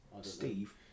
Steve